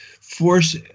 force